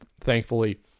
thankfully